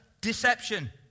Deception